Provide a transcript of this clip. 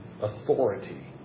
authority